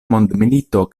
mondmilito